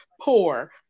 poor